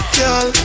Girl